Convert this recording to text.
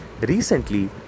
Recently